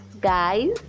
guys